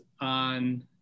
on